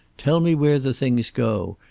tell me where the things go.